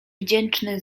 wdzięczny